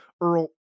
Earl